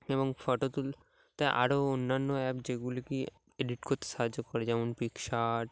এবং ফটো তুলতে আরও অন্যান্য অ্যাপ যেগুলি কি এডিট করতে সাহায্য করে যেমন পিকশারট